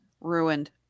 Ruined